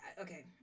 okay